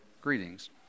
greetings